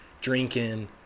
drinking